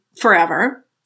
forever